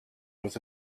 was